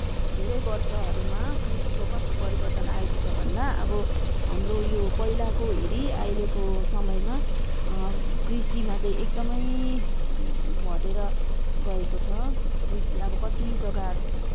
धेरै वर्षहरूमा कृषिको कस्तो परिवर्तन आएको छ भन्दा अब हाम्रो यो पहिलाको हेरी अहिलेको समयमा कृषिमा चाहिँ एकदमै घटेर गएको छ कृषि अब कति जग्गा